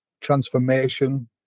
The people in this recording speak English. Transformation